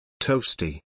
Toasty